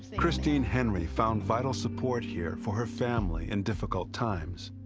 christine henry found vital support here for her family in difficult times.